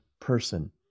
person